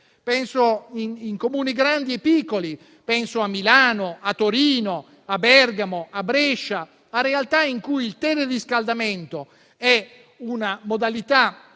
in Comuni grandi e piccoli: penso a Milano, a Torino, a Bergamo o a Brescia, ovvero a realtà in cui il teleriscaldamento è una modalità